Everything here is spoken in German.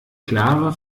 klare